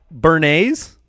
Bernays